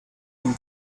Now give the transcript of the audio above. them